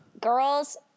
Girls